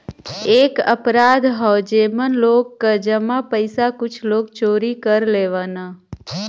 एक अपराध हौ जेमन लोग क जमा पइसा कुछ लोग चोरी कर लेवलन